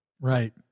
Right